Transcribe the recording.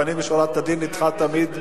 שהלפנים משורת הדין אתך תמיד,